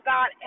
God